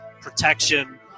protection